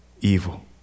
evil